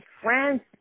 France